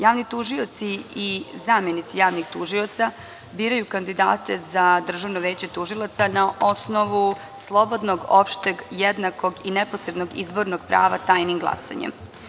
Javni tužioci i zamenici javnih tužioca biraju kandidate za Državno veće tužilaca na osnovu slobodnog, opšteg, jednakog i neposrednog izbornog prava tajnim glasanjem.